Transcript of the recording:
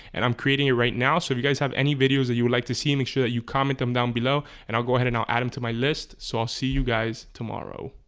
and i'm creating it right now so you guys have any videos that you would like to see make sure that you comment them down below and i'll go ahead and i'll add them to my list so i'll see you guys tomorrow